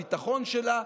הביטחון שלה,